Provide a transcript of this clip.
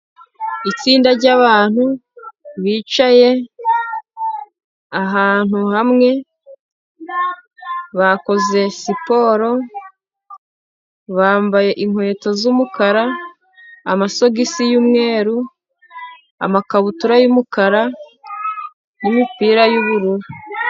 Itsinda ry'abantu bicaye ahantu hamwe bakoze siporo bambaye inkweto z'umukara, amasogisi y'umweru, amakabutura y'umukara, imipira y'ubururu.